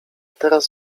teraz